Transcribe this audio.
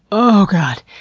oh god,